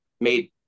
made